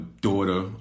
daughter